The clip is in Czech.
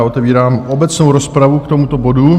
Otevírám obecnou rozpravu k tomuto bodu.